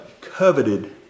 coveted